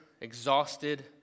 exhausted